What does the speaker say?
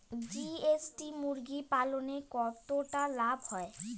GST মুরগি পালনে কতটা লাভ হয়?